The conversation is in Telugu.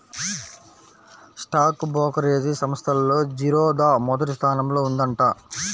స్టాక్ బ్రోకరేజీ సంస్థల్లో జిరోదా మొదటి స్థానంలో ఉందంట